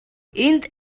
энд